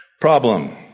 Problem